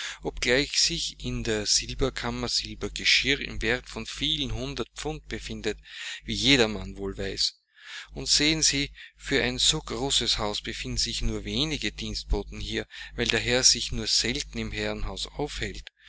obgleich sich in der silberkammer silbergeschirr im werte von vielen hundert pfund befindet wie jedermann wohl weiß und sehen sie für ein so großes haus befinden sich nur wenig dienstboten hier weil der herr sich nur selten im herrenhause aufhält